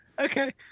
okay